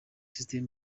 system